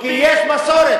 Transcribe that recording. כי יש מסורת.